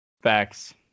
Facts